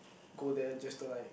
go there just to like